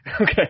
Okay